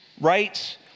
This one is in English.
rights